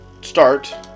start